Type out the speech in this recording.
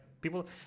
people